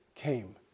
came